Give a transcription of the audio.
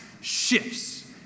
shifts